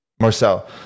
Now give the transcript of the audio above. Marcel